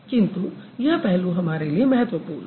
किंतु यह पहलू हमारे लिए महत्वपूर्ण है